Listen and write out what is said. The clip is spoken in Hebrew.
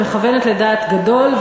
אני מכוונת לדעת גדול,